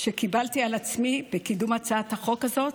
שקיבלתי על עצמי בקידום הצעת החוק הזאת,